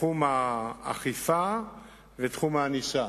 תחום האכיפה ותחום הענישה.